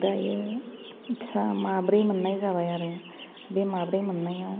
दायो फिसा माब्रै मोन्नाय जाबाय आरो बे माब्रै मोन्नायाव